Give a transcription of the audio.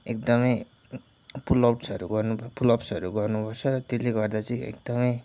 एकदमै पुलआउट्सहरू गर्नु पुलअप्सहरू गर्नुपर्छ त्यसले गर्दा चाहिँ एकदमै